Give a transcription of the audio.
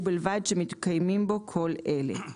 ובלבד שמתקיימים בו כל אלה";